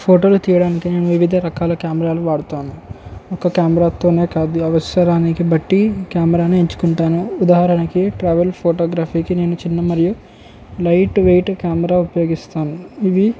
ఫోటోలు తీయడానికి నేను వివిధ రకాల కెమెరాలు వాడుతాను ఒక కెమెరాతోనే కాదు అవసరాన్ని బట్టి కెమెరాను ఎంచుకుంటాను ఉదాహరణకి ట్రావెల్ ఫోటోగ్రఫీకి నేను చిన్న మరియు లైట్వెయిట్ కెమెరా ఉపయోగిస్తాను ఇవి